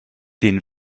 den